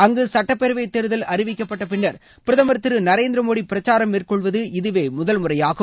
அங்கு சட்டப்பேரவை தேர்தல் அறிவிக்கப்பட்ட பின்னர் பிரதமர் திரு நரேந்திர மோடி பிரச்சாரம் மேற்கொள்வது இதுவே முதல் முறையாகும்